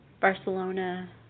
Barcelona